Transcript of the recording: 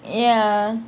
ya